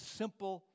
simple